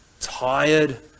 tired